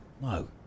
No